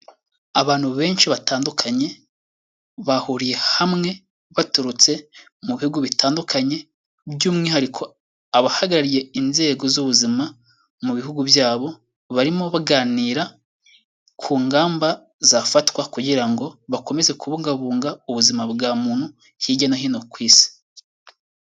Abantu benshi batandukanye bahuriye hamwe baturutse mu bihugu bitandukanye by'umwihariko abahagarariye inzego z'ubuzima mu bihugu byabo, barimo baganira ku ngamba zafatwa kugira ngo bakomeze kubungabunga ubuzima bwa muntu hirya no hino ku Isi.